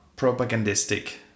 propagandistic